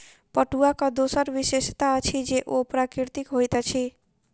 पटुआक दोसर विशेषता अछि जे ओ प्राकृतिक होइत अछि